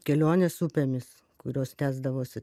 kelionės upėmis kurios tęsdavosi